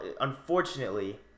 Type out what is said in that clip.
unfortunately